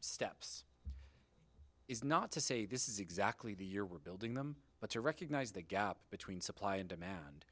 steps is not to say this is exactly the year we're building them but to recognize the gap between supply and demand